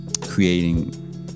creating